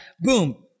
boom